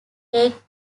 take